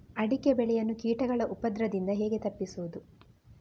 ಅಡಿಕೆ ಬೆಳೆಯನ್ನು ಕೀಟಗಳ ಉಪದ್ರದಿಂದ ಹೇಗೆ ತಪ್ಪಿಸೋದು?